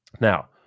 Now